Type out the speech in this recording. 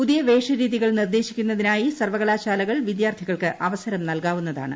പുതിയ വേഷ രീതികൾ നിർദ്ദേശിക്കുന്നതിനായി സർവകലാശാലകൾ വിദ്യാർത്ഥികൾക്ക് അവസരം നൽകാവുന്നതാണ്